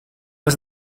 was